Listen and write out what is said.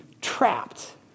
Trapped